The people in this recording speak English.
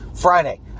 Friday